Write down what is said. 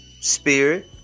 spirit